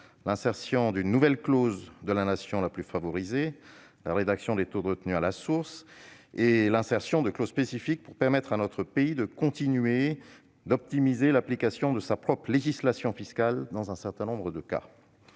l'insertion d'une nouvelle clause de la nation la plus favorisée, la réduction des taux de retenue à la source, l'insertion de clauses spécifiques pour que notre pays puisse continuer à optimiser l'application de sa propre législation fiscale dans un certain nombre de cas.